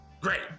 great